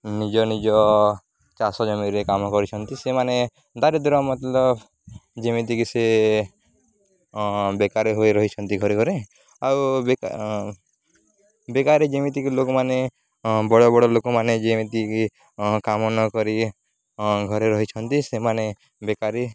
ନିଜ ନିଜ ଚାଷ ଜମିରେ କାମ କରିଛନ୍ତି ସେମାନେ ଦାରିଦ୍ର ମତଲବ ଯେମିତିକି ସେ ବେକାରୀ ହୋଇ ରହିଛନ୍ତି ଘରେ ଘରେ ଆଉ ବେକାରୀ ଯେମିତିକି ଲୋକମାନେ ବଡ଼ ବଡ଼ ଲୋକମାନେ ଯେମିତିକି କାମ ନ କରି ଘରେ ରହିଛନ୍ତି ସେମାନେ ବେକାରୀ